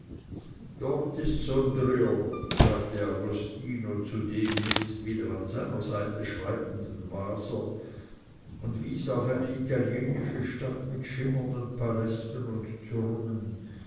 dort ist sondrio sagte agostino zu dem jetzt wieder an seiner seite schreitenden waser und wies auf eine italienische stadt mit schimmernden palästen und türmen